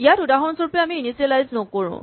ইয়াত উদাহৰণস্বৰূপে আমি ইনিচিয়েলাইজ নকৰোঁ